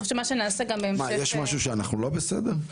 מה, יש משהו שאנחנו לא בסדר?